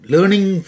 Learning